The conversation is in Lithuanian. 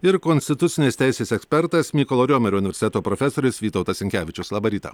ir konstitucinės teisės ekspertas mykolo riomerio universiteto profesorius vytautas sinkevičius labą rytą